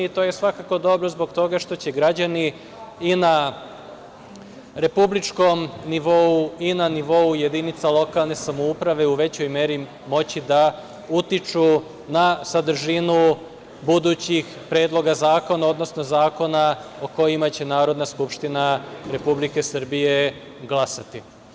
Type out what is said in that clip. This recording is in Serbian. To je svakako dobro zbog toga što će građani i na republičkom nivou i na nivou jedinica lokalne samouprave u većoj meri moći da utiču na sadržinu budućih predloga zakona, odnosno zakona o kojima će Narodna skupština Republike Srbije glasati.